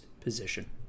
position